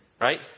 Right